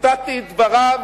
ציטטתי את דבריו